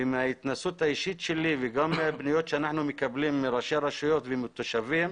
ומההתנסות האישית שלי וגם פניות שאנחנו מקבלים מראשי רשויות ומהתושבים,